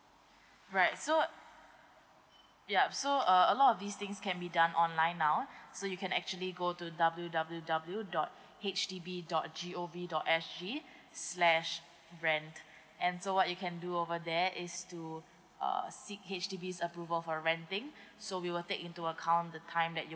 right so yup so uh a lot of these things can be done online now so you can actually go to W W W dot H D B dot G O V dot S G slash rent and so what you can do over there is to err seek H_D_B's approval for renting so we will take into account the time that you